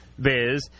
biz